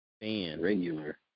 Regular